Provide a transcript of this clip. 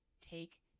take